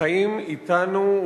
חיים אתנו,